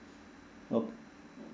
oh